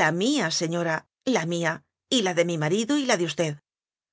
la mía señora la mía y la de mi ma rido y la de usted